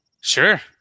Sure